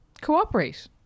cooperate